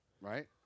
Right